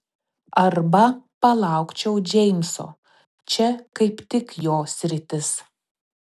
arba palaukčiau džeimso čia kaip tik jo sritis